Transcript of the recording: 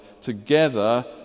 together